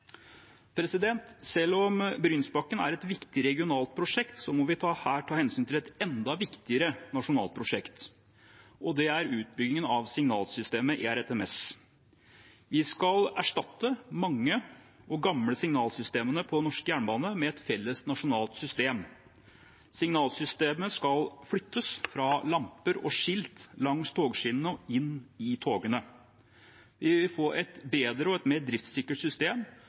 Selv om Brynsbakken er et viktig regionalt prosjekt, må vi her ta hensyn til et enda viktigere nasjonalt prosjekt, og det er utbyggingen av signalsystemet ERTMS. Vi skal erstatte de mange og gamle signalsystemene på norsk jernbane med et felles, nasjonalt system. Signalsystemet skal flyttes fra lamper og skilt langs togskinnene og inn i togene. Vi vil få et bedre og mer driftssikkert system